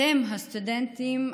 אתם הסטודנטים,